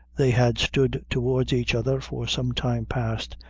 they had stood towards each other, for some time past,